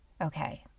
Okay